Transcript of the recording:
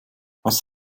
was